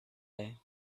day